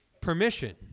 permission